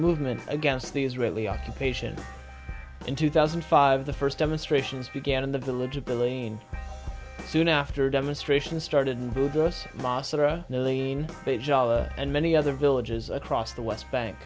movement against the israeli occupation in two thousand and five the first demonstrations began in the village of the lane soon after demonstrations started and many other villages across the west bank